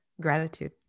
gratitude